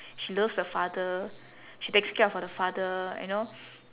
she loves her father she takes care of her father you know